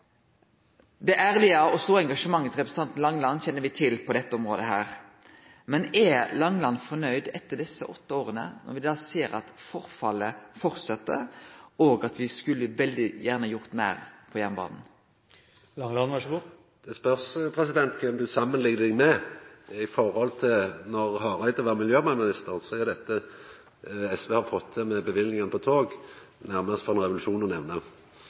mer.» Det ærlege og store engasjementet til representanten Langeland kjenner vi til på dette området – men er representanten fornøgd etter desse åtte åra, når me ser at forfallet fortset, og at me veldig gjerne skulle ha gjort meir for jernbanen? Det kjem an på kven ein samanliknar seg med. I forhold til då representanten Hareide var miljøvernminister, er det som SV har fått til med løyvingane til tog, nærmast for ein revolusjon